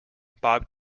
bob